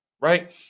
Right